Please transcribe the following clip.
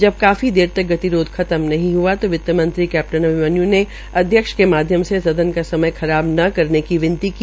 जब काफी देर तक गतिरोध खत्म नहीं हआ तो वित्तमंत्री कैप्टन अभिमन्यू ने अध्यक्ष के माध्मय से सदन का समय खराब न करने की विनती की